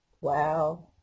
Wow